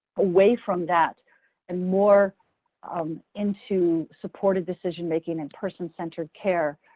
away from that and more um into supported decision making and person-centered care,